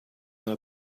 n’a